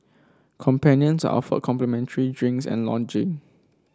companions are offered complimentary drinks and lodging